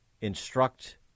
instruct